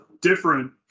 different